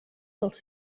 dels